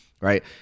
right